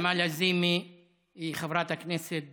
נעמה לזימי היא חברת כנסת דינמית,